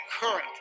current